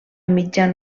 mitjan